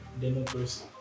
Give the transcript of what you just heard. democracy